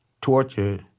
torture